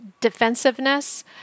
defensiveness